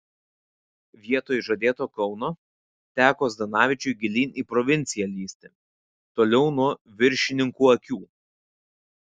vietoj žadėto kauno teko zdanavičiui gilyn į provinciją lįsti toliau nuo viršininkų akių